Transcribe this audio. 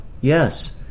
yes